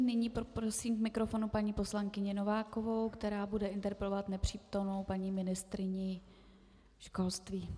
Nyní poprosím k mikrofonu paní poslankyni Novákovou, která bude interpelovat nepřítomnou paní ministryni školství.